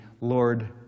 Lord